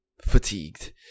fatigued